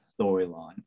storyline